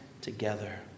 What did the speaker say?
together